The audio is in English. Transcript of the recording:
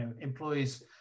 employees